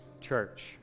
church